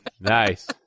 Nice